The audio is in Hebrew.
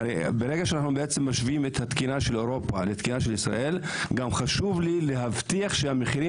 ברגע שאנו משווים תקינת אירופה לתקינה של ישראל חשוב לי להבטיח שהמחירים